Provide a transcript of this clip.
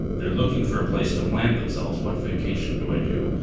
they're looking for a place to plant themselves. what vocation do i do?